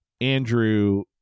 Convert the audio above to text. Andrew